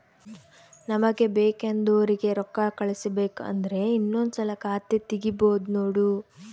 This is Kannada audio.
ನಮಗೆ ಬೇಕೆಂದೋರಿಗೆ ರೋಕ್ಕಾ ಕಳಿಸಬೇಕು ಅಂದ್ರೆ ಇನ್ನೊಂದ್ಸಲ ಖಾತೆ ತಿಗಿಬಹ್ದ್ನೋಡು